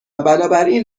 بنابراین